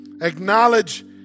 acknowledge